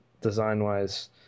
design-wise